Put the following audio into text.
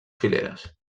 fileres